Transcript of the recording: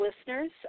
listeners